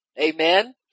amen